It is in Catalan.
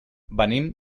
venim